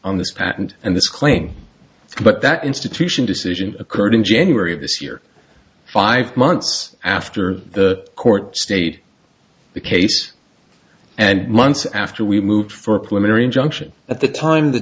patent and this claim but that institution decision occurred in january of this year five months after the court stayed the case and months after we moved for plenary injunction at the time the